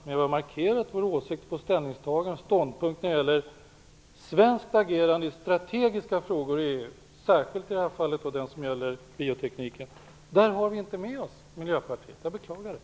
Vi har markerat vår åsikt, vårt ställningstagande och vår ståndpunkt när det gäller svenskt agerande i strategiska frågor i EU, särskilt i det här fallet och det som gäller biotekniken. Där har vi inte med oss Miljöpartiet, och jag beklagar det.